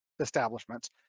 establishments